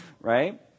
Right